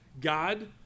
God